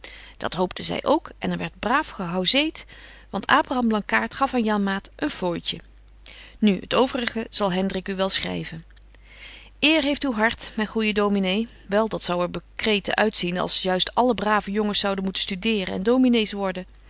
dat hoopten zy ook en er werdt braaf gehouseet want abraham blankaart gaf aan janmaat een fooitje nu het overige zal hendrik u wel schryven eer heeft uw hart myn goeje dominé wel dat zou er bekreten uitzien als juist alle brave jongens zouden moeten studeren en dominees worden